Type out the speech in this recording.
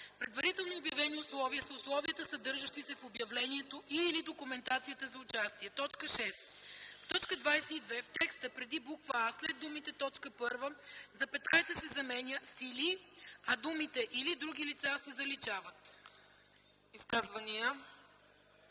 „Предварително обявени условия” са условията, съдържащи се в обявлението и/или документацията за участие.” 6. В т. 22 в текста преди буква „а” след думите „т. 1” запетаята се заменя с „или”, а думите „или други лица” се заличават.”